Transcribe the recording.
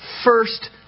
first